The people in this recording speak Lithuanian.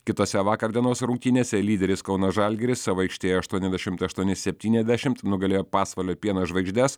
kitose vakar dienos rungtynėse lyderis kauno žalgiris savo aikštėje aštuoniasdešimt aštuoni septyniasdešimt nugalėjo pasvalio pieno žvaigždes